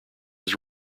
his